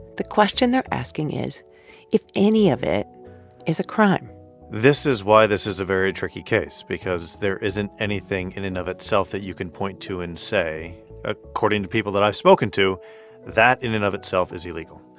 the question they're asking is if any of it is a crime this is why this is a very tricky case because there isn't anything in and of itself that you can point to and say ah according to people that i've spoken to that, in and of itself, is illegal.